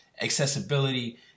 accessibility